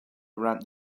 around